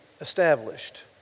established